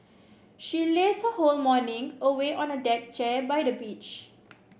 she lazed her whole morning away on a deck chair by the beach